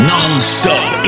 Non-stop